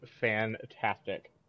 fantastic